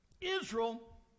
Israel